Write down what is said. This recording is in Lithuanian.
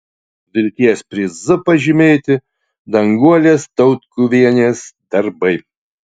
vilties prizu pažymėti danguolės tautkuvienės darbai